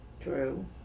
True